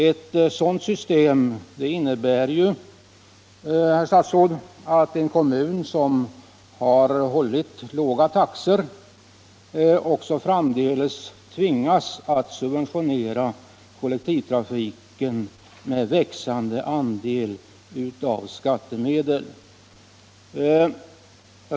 Ett sådant system innebär, herr statsråd, att en kommun som har hållit låga taxor också framdeles tvingas subventionera kollektivtrafiken med växande andel av skattemedel.